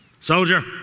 soldier